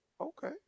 okay